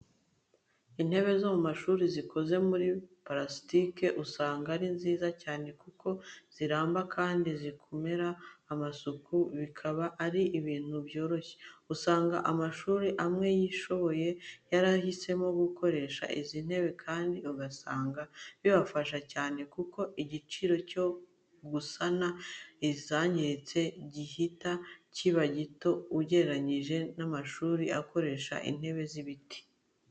Intebe zo mu mashuri zikoze muri purasitike usanga ari nziza cyane kuko ziramba kandi kuzikorera amasuku bikaba ari ibintu byoroshye. Usanga amashuri amwe yishoboye yarahisemo gukoresha izi ntebe kandi ugasanga bibafasha cyane kuko igiciro cyo gusana izangiritse gihita kiba gito ugereranije n'amashuri akoresha intebe z'ibiti.